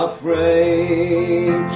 Afraid